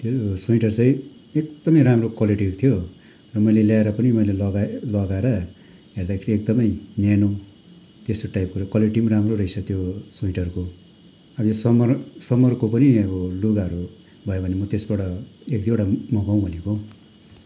त्यो स्वेटर चाहिँ एकदमै राम्रो क्वालिटीको थियो र मैले ल्याएर पनि मैले लगाएँ लगाएर हेर्दाखेरि एकदमै न्यानो त्यस्तो टाइपको क्वालिटी पनि राम्रो रहेछ त्यो स्वेटरको अनि समर समरको पनि अब लुगाहरू भयो भने म त्यसबाट एक दुईवटा मगाउँ भनेको